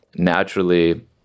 Naturally